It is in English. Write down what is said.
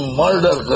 murder